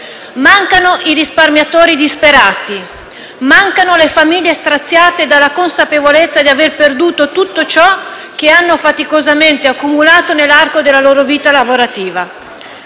mancano i risparmiatori disperati, mancano le famiglie straziate dalla consapevolezza di aver perduto tutto ciò che hanno faticosamente accumulato nell'arco della loro vita lavorativa.